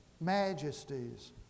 majesties